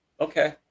Okay